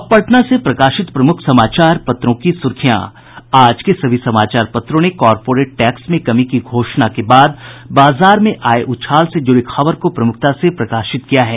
अब पटना से प्रकाशित प्रमुख समाचार पत्रों की सुर्खियां आज के सभी समाचार पत्रों ने कॉर्पोरेट टैक्स में कमी की घोषणा के बाद बाजार में आये उछाल से जुड़ी खबर को प्रमुखता से प्रकाशित किया है